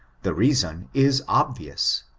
the reason is obvious.